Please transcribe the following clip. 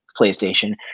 playstation